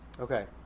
Okay